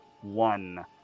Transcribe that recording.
one